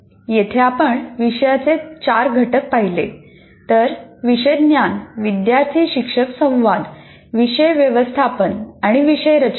येथे आपण विषयाचे चार घटक पाहिले तर विषय ज्ञान विद्यार्थी शिक्षक संवाद विषय व्यवस्थापन आणि विषय रचना